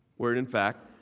where it in fact,